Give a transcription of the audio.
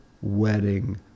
wedding